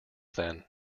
then